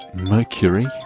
mercury